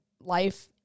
life